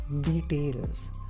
details